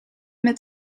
met